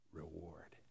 reward